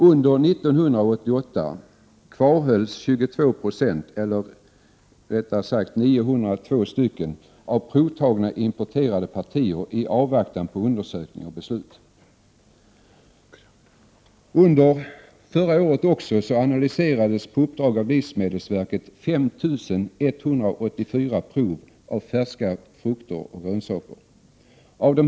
Under 1988 kvarhölls 22 20 av de provtagna importerade partierna, eller 902 stycken, i avvaktan på undersökning och beslut. Förra året analyserades på uppdrag av livsmedelsverket 5 184 prov av färska frukter och grönsaker.